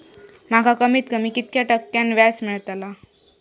माका कमीत कमी कितक्या टक्क्यान व्याज मेलतला?